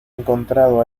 encontrado